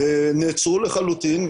נעצרו לחלוטין,